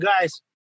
guys